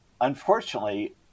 unfortunately